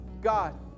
God